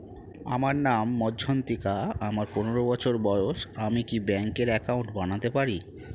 আমার নাম মজ্ঝন্তিকা, আমার পনেরো বছর বয়স, আমি কি ব্যঙ্কে একাউন্ট বানাতে পারি?